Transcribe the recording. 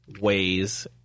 ways